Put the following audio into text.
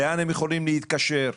לאן הם יכולים להתקשר.